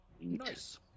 Nice